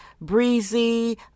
breezy